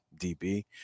DB